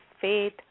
faith